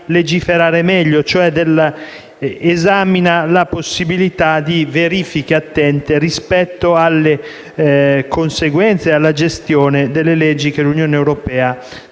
legiferare meglio e quindi esamina la possibilità di verifiche attente rispetto alle conseguenze e alla gestione delle leggi che l'Unione europea